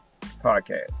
podcast